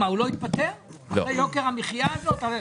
הוא לא התפטר אחרי יוקר המחייה הזה?